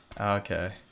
okay